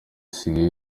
isigaye